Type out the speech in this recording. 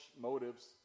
motives